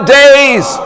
days